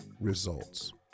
results